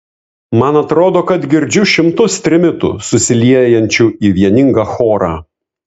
man atrodo kad girdžiu šimtus trimitų susiliejančių į vieningą chorą